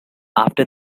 after